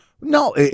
No